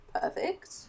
perfect